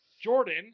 Jordan